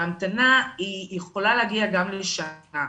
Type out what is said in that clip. ההמתנה יכולה להגיע גם לשנה.